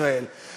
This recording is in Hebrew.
יואל, משפט סיכום.